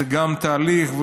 זה תהליך,